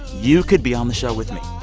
you could be on the show with me.